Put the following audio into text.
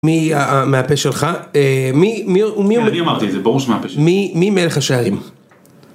מי מהפה שלך? אה... מי, מי... כן, אני אמרתי את זה, ברור שזה מהפה שלך. מי, מי מלך השערים?